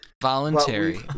Voluntary